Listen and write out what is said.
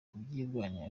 kubirwanya